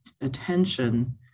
attention